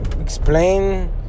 explain